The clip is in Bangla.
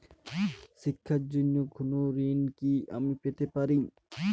শিক্ষার জন্য কোনো ঋণ কি আমি পেতে পারি?